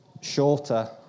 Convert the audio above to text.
shorter